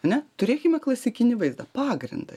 ane turėkime klasikinį vaizdą pagrindą